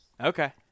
okay